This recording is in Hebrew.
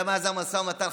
וגם מאז המשא ומתן,